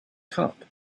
top